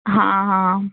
ਹਾਂ ਹਾਂ